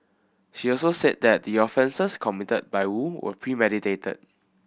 she also said that the offences committed by Woo were premeditated